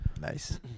Nice